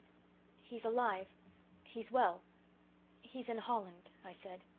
he's alive he's well he's in holland i said.